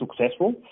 successful